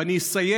ואני אסיים,